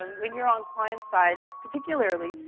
um when you're on client side particularly,